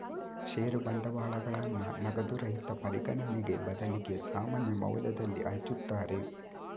ಷೇರು ಬಂಡವಾಳಗಳನ್ನ ನಗದು ರಹಿತ ಪರಿಗಣನೆಗೆ ಬದಲಿಗೆ ಸಾಮಾನ್ಯ ಮೌಲ್ಯದಲ್ಲಿ ಹಂಚುತ್ತಾರೆ